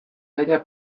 gaia